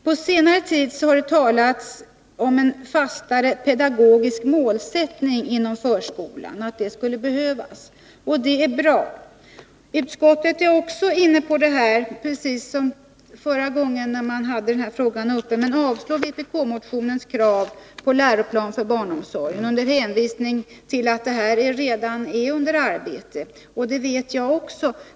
På senare tid har det talats om behovet av en fastare pedagogisk målsättning inom förskolan, och det är bra. Också utskottet är, nu liksom förra gången denna fråga var uppe till behandling, inne på detta, men man avstyrker vpk-motionens krav på läroplan för barnomsorgen under hänvisning till att den frågan redan är under arbete.